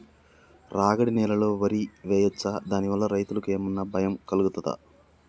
రాగడి నేలలో వరి వేయచ్చా దాని వల్ల రైతులకు ఏమన్నా భయం కలుగుతదా?